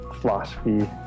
philosophy